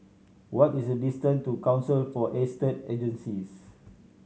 what is the distance to Council for Estate Agencies